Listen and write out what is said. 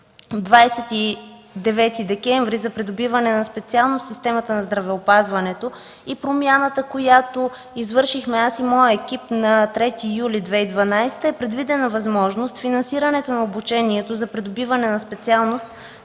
29 декември за Придобиване на специалност в системата на здравеопазването и промяната, която извършихме аз и моят екип на 3 юли 2012 г., е предвидена възможност финансирането на обучението за придобиване на специалност